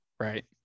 Right